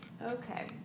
Okay